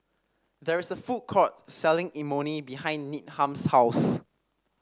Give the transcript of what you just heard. there is a food court selling Imoni behind Needham's house